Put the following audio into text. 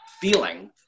feeling